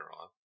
on